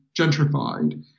gentrified